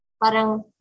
parang